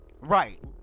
Right